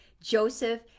Joseph